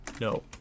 No